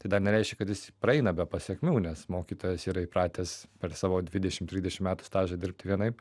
tai dar nereiškia kad jis praeina be pasekmių nes mokytojas yra įpratęs per savo dvidešimt trisdešim metų stažą dirbti vienaip